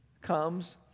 comes